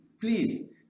please